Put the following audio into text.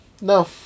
no